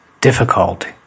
difficult